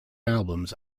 albums